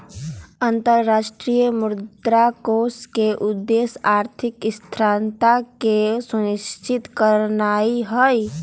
अंतरराष्ट्रीय मुद्रा कोष के उद्देश्य आर्थिक स्थिरता के सुनिश्चित करनाइ हइ